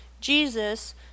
Jesus